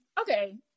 okay